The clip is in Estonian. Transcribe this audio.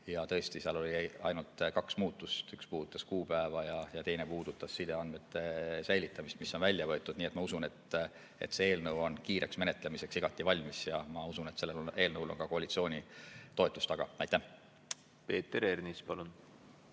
ja tõesti, seal on ainult kaks muudatust. Üks puudutab kuupäeva ja teine puudutab sideandmete säilitamist, mis on välja võetud. Nii et ma usun, et see eelnõu on kiireks menetlemiseks igati valmis ja et sellel eelnõul on ka koalitsiooni toetus. Aitäh! Saadik on ju